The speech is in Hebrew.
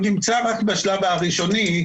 הוא נמצא רק בשלב הראשוני,